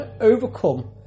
overcome